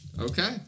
Okay